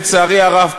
לצערי הרב,